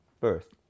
first